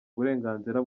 uburenganzira